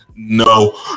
No